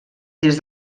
des